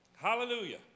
Hallelujah